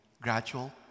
gradual